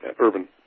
Urban